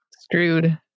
screwed